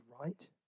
right